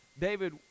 David